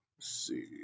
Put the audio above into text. See